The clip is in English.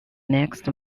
next